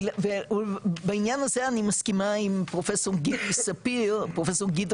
ובעניין הזה אני מסכימה עם פרופסור גדעון ספיר,